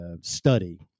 study